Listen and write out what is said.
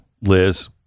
Liz